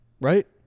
Right